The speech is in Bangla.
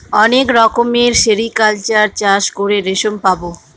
অনেক রকমের সেরিকালচার চাষ করে রেশম পাবো